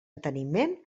enteniment